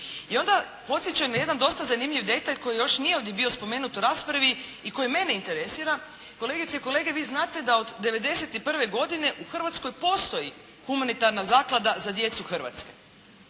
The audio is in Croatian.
I onda podsjećam na jedan dosta zanimljiv detalj koji još nije ovdje bio spomenut u raspravi i koji mene interesira. Kolegice i kolege, vi znate da od '91. godine u Hrvatskoj postoji Humanitarna zaklada za djecu Hrvatske